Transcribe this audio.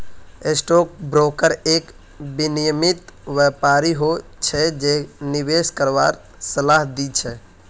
stock broker एक विनियमित व्यापारी हो छै जे निवेश करवार सलाह दी छै